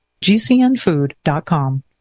GCNfood.com